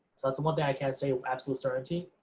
so that's the one thing i can say with absolute certainty.